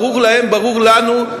ברור להם, ברור לנו,